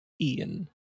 Ian